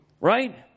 Right